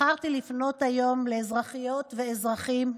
בחרתי לפנות היום לאזרחיות ולאזרחים,